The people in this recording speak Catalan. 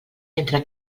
entre